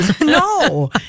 No